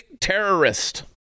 terrorist